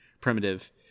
primitive